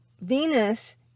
Venus